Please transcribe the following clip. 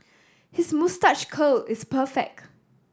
his moustache curl is perfect